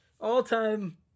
all-time